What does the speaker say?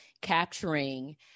capturing